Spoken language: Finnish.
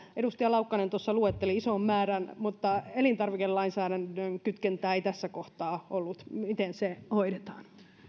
edustaja laukkanen tuossa luetteli ison määrän mutta elintarvikelainsäädännön kytkentää ei tässä kohtaa ollut miten se hoidetaan